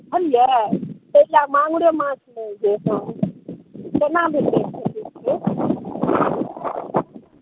बुझलिए ताहि ले माङ्गुरे माछ लेबै कोना देबै